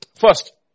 First